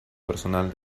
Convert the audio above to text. personal